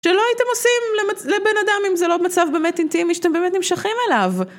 שלא הייתם עושים לבן אדם, אם זה לא מצב באמת אינטימי, שאתם באמת נמשכים אליו.